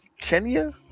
Kenya